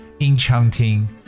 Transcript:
enchanting